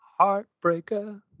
heartbreaker